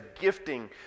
gifting